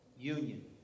union